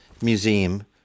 Museum